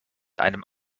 einem